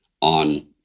on